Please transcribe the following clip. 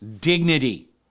dignity